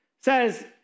says